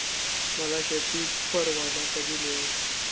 मला शेती परवाना कधी मिळेल?